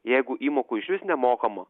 jeigu įmokų išvis nemokama